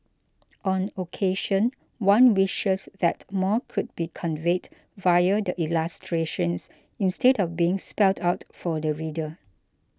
on occasion one wishes that more could be conveyed via the illustrations instead of being spelt out for the reader